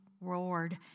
roared